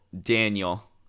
Daniel